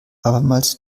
abermals